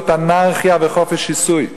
זאת אנרכיה וחופש שיסוי.